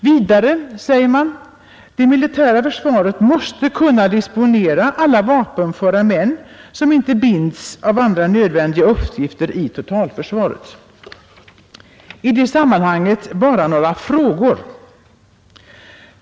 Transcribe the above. Vidare måste, säger utskottet, det militära försvaret kunna disponera alla vapenföra män som inte binds av andra nödvändiga uppgifter i totalförsvaret. I det sammanhanget bara några frågor.